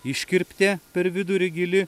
iškirptė per vidurį gili